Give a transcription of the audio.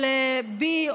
או לבי,